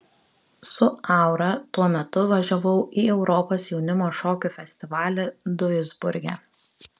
su aura tuo metu važiavau į europos jaunimo šokių festivalį duisburge